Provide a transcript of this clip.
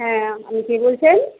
হ্যাঁ আপনি কে বলছেন